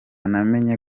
namenye